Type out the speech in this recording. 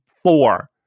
four